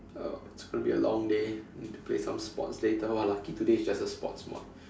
oh it's gonna be a long day need to play some sports later !wah! lucky today it's just a sports mod